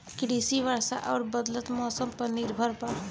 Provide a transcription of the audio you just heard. कृषि वर्षा आउर बदलत मौसम पर निर्भर बा